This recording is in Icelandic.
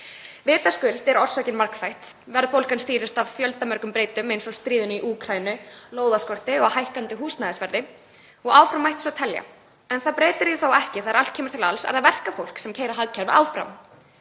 Vitaskuld er orsökin margþætt. Verðbólgan stýrist af fjöldamörgum breytum eins og stríðinu í Úkraínu, lóðaskorti, hækkandi húsnæðisverði og áfram mætti telja. Það breytir því þó ekki að þegar allt kemur til alls er það verkafólk sem keyrir hagkerfið áfram.